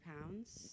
pounds